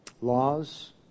laws